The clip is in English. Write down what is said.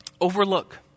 Overlook